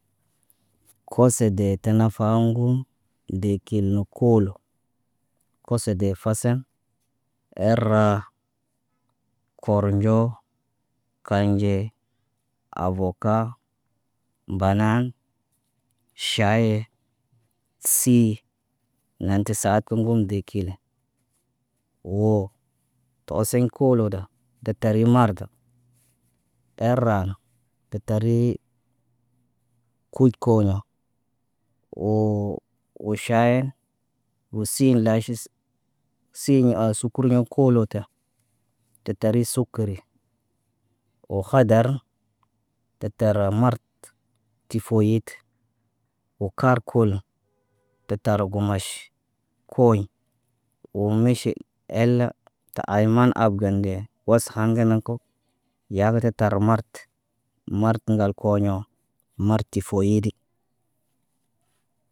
Kose de təna faaŋgum de tana koolo. Kose de fasen, er ra kornɟo, kanɟe, avoka, banan, ʃaye, sii nen tə saat kəmkəm dee kil. Woo to oseɲ koolo da, ga tariɲ maarda. Er ra na kə taarii, kuc koono woo woo ʃaayen. Woo si laʃis, sii oŋg sukuru ɲa koolo tara. Kə tari sukari wo khadar. Kə tar marət tifoyit. Woo kar kolo kə tar gumaʃ kooɲi. Woo miʃe eel ta al naŋgab gandene was khan ge na ko. Yaa kidete tar mar t, f mart, f ŋgal koɲõ. Mart tifoyidi.